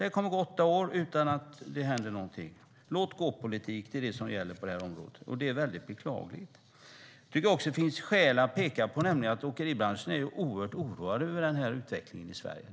Det kommer att ha gått åtta år utan att det hänt någonting. Låtgåpolitik är det som gäller på detta område, vilket är väldigt beklagligt. Det finns också skäl att peka på att åkeribranschen är oerhört oroad över utvecklingen i Sverige.